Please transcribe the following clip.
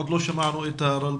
עדיין לא שמענו את הרלב"ד.